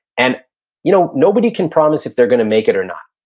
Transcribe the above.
and you know nobody can promise if they're gonna make it or not,